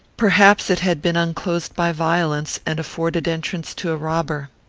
perhaps it had been unclosed by violence, and afforded entrance to a robber.